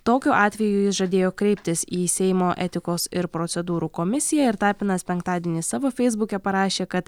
tokiu atveju jis žadėjo kreiptis į seimo etikos ir procedūrų komisiją ir tapinas penktadienį savo feisbuke parašė kad